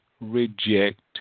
reject